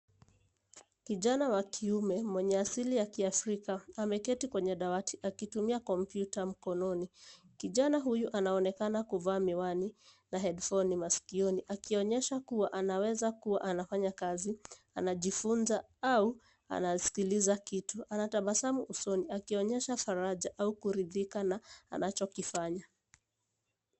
Kijana wa kiume mwenye asili ya Kiafrika, ameketi kwenye dawati akitumia kompyuta mkononi. Kijana huyu anaonekana kuvaa miwani na headphone masikioni, akionyesha kuwa anaweza kuwa anafanya kazi, anajifunza au anasikiliza kitu. Anatabasamu usoni akionyesha faraja au kuridhika na anachokifanya.